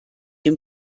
dem